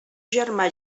germà